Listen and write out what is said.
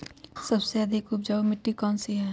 सबसे अधिक उपजाऊ मिट्टी कौन सी हैं?